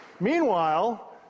Meanwhile